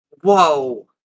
Whoa